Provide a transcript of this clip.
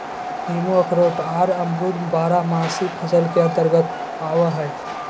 नींबू अखरोट आर अमरूद बारहमासी फसल के अंतर्गत आवय हय